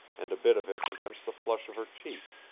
and a bit of it against the flush of her cheek,